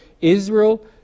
Israel